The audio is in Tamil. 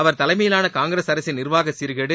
அவர் தலைமையிலான காங்கிரஸ் அரசின் நிர்வாக சீர்கேடு